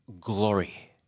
glory